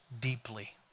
deeply